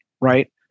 Right